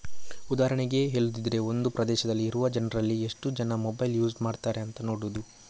ಉದಾಹರಣೆಗೆ ಹೇಳುದಿದ್ರೆ ಒಂದು ಪ್ರದೇಶದಲ್ಲಿ ಇರುವ ಜನ್ರಲ್ಲಿ ಎಷ್ಟು ಜನ ಮೊಬೈಲ್ ಯೂಸ್ ಮಾಡ್ತಾರೆ ಅಂತ ನೋಡುದು